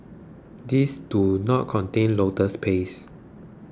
these do not contain lotus paste